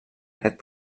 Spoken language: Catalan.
aquest